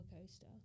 coaster